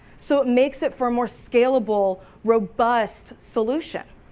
so it makes it far more scalable, robust solution.